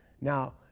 Now